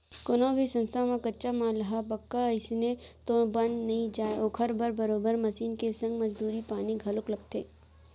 कोनो भी संस्था म कच्चा माल ह पक्का अइसने तो बन नइ जाय ओखर बर बरोबर मसीन के संग मजदूरी पानी घलोक लगथे